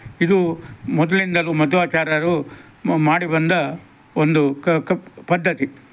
ಇದು ಮೊದಲಿಂದಲೂ ಮಧ್ವಾಚಾರ್ಯಯರು ಮ ಮಾಡಿ ಬಂದ ಒಂದು ಕ ಕ ಪದ್ಧತಿ